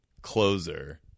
closer